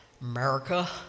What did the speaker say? America